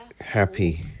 happy